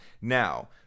Now